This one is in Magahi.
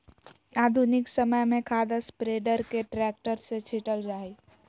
आधुनिक समय में खाद स्प्रेडर के ट्रैक्टर से छिटल जा हई